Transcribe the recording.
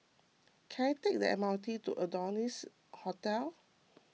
can I take the M R T to Adonis Hotel